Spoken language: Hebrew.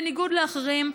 בניגוד לאחרים,